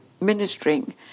ministering